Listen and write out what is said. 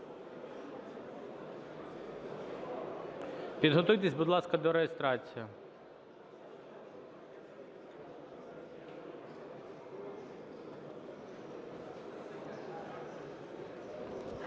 Підготуйтесь, будь ласка, до реєстрації.